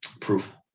proof